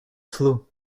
flu